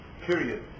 period